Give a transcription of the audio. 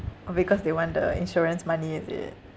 orh because they want the insurance money is it